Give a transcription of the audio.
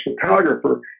photographer